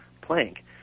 plank